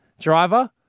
driver